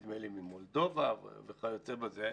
נדמה לי ממולדובה וכיוצא בזה,